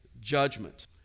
judgment